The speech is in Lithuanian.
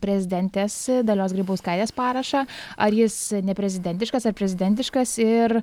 prezidentės dalios grybauskaitės parašą ar jis ne prezidentiškas ar prezidentiškas ir